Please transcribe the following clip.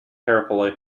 carefully